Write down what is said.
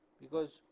because,